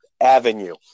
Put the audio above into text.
avenue